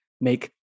make